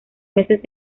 meses